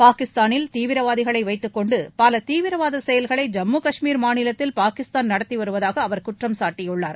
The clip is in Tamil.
பாகிஸ்தானில் தீவிரவாதிகளை வைத்துக்கொண்டு பல தீவிரவாத செயல்களை ஜம்மு கஷ்மீர் மாநிலத்தில் பாகிஸ்தான் நடத்தி வருவதாக அவர் குற்றம்சாட்டியுள்ளார்